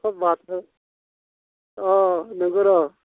हाब माजों अह नंगौ र'